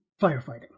firefighting